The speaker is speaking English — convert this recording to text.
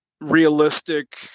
realistic